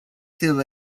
through